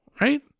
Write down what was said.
right